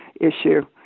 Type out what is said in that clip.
issue